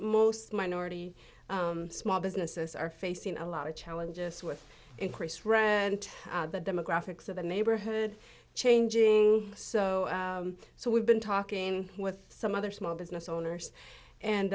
most minority small businesses are facing a lot of challenges with increased rent the demographics of the neighborhood changing so so we've been talking with some other small business owners and